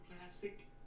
Classic